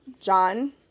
John